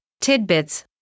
tidbits